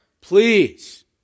please